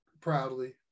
proudly